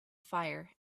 fire